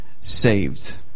saved